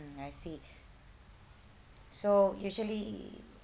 I see so usually